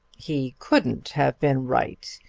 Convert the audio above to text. he couldn't have been right.